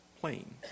plane